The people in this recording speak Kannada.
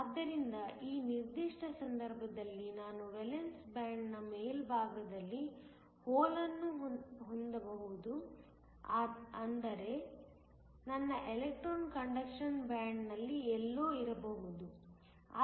ಆದ್ದರಿಂದ ಈ ನಿರ್ದಿಷ್ಟ ಸಂದರ್ಭದಲ್ಲಿ ನಾನು ವೇಲೆನ್ಸ್ ಬ್ಯಾಂಡ್ ನ ಮೇಲ್ಭಾಗದಲ್ಲಿ ಹೋಲ್ನ್ನು ಹೊಂದಬಹುದು ಆದರೆ ನನ್ನ ಎಲೆಕ್ಟ್ರಾನ್ ಕಂಡಕ್ಷನ್ ಬ್ಯಾಂಡ್ ನಲ್ಲಿ ಎಲ್ಲೋ ಇರಬಹುದು